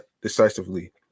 decisively